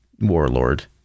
warlord